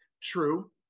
true